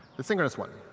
the synchronous one.